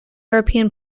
european